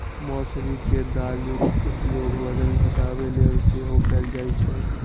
मौसरी के दालिक उपयोग वजन घटाबै लेल सेहो कैल जाइ छै